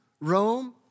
Rome